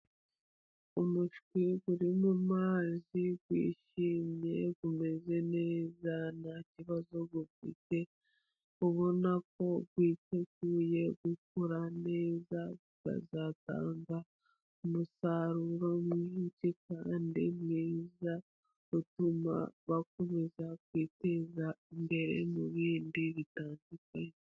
Umushwi uri mu mazi wishimye umeze neza nta kibazo ufite, ubona ko witeguye gukura neza, ukazatanga umusaruro mwinshi kandi mwiza, utuma bakomeza kwiteza imbere mu bindi bitandukanye.